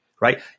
Right